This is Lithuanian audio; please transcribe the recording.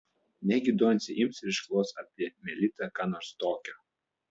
negi doncė ims ir išklos apie melitą ką nors tokio